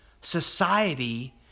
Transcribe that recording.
Society